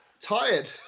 tired